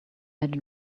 had